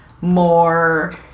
more